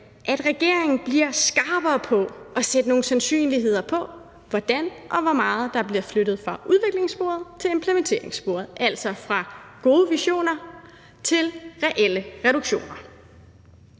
at regeringen bliver skarpere på at sætte nogle sandsynligheder på for, hvordan og hvor meget der bliver flyttet fra udviklingssporet til implementeringssporet, altså fra gode visioner til reelle reduktioner.